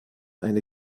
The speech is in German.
eine